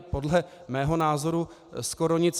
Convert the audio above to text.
Podle mého názoru skoro nic.